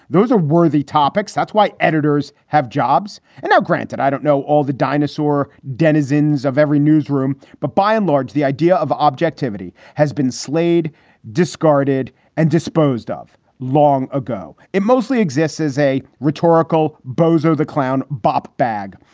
those are worthy topics. that's why editors have jobs. and now, granted, i don't know all the dinosaur denizens of every newsroom, but by and large, the idea of objectivity has been slaid discarded and disposed of long ago. it mostly exists as a rhetorical bozo the clown bop bag.